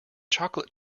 chocolate